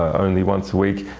only once a week.